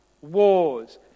wars